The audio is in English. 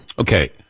Okay